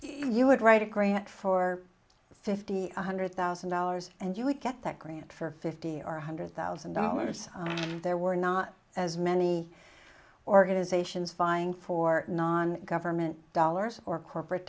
you would write a grant for fifty one hundred thousand dollars and you would get that grant for fifty or one hundred thousand dollars and there were not as many organizations vying for non government dollars or corporate